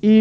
för den frågan?